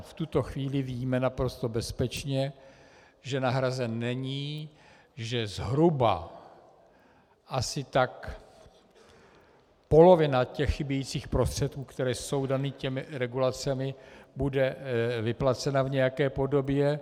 V tuto chvíli víme naprosto bezpečně, že nahrazen není, že zhruba asi tak polovina chybějících prostředků, které jsou dané těmi regulacemi, bude vyplacena v nějaké podobě.